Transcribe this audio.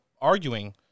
arguing